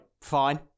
fine